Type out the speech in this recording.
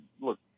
look